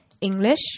English